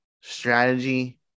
strategy